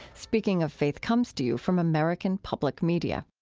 speaking of faith comes to you from american public media